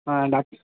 ஆ